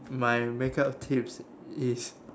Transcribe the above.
my makeup tips is